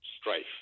strife